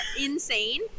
insane